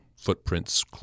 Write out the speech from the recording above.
footprints